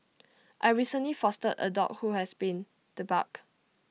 I recently fostered A dog who had been debarked